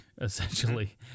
essentially